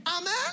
Amen